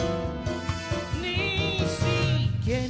oh yeah